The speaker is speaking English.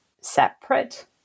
separate